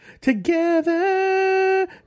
Together